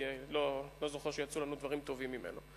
כי אני לא זוכר שיצאו לנו דברים טובים ממנו.